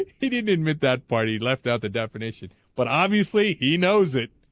he did admit that party left out the definition but obviously he knows it